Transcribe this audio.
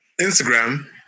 Instagram